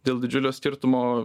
dėl didžiulio skirtumo